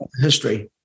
history